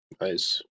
Nice